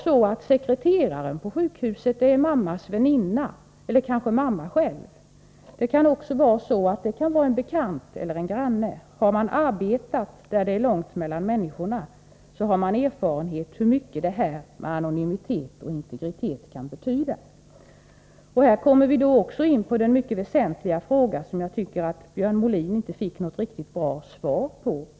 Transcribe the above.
Men sekreteraren på sjukhuset kan vara mammas väninna, eller kanske mamma själv. Det kan vara en bekant eller granne. Har man arbetat där det är långt mellan människorna har man erfarenhet av hur mycket detta med anonymitet och integritet kan betyda. Här kommer vi in på den mycket väsentliga fråga som jag tycker att Björn Molin inte fick något riktigt bra svar på.